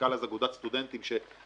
כמנכ"ל של אגודת סטודנטים אז,